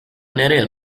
nereye